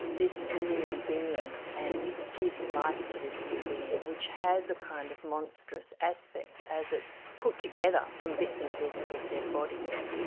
this new being, and gives life to this new being, which has a kind of monstrous aspect as it's put together from bits and pieces of dead bodies.